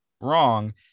wrong